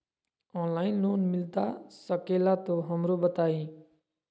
Online loan मिलता सके ला तो हमरो बताई?